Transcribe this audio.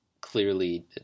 Clearly